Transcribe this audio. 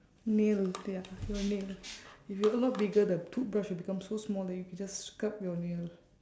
nail ya your nail if you're a lot bigger the toothbrush would become so small that you could just scrub your nail